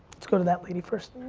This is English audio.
let's go to that lady first.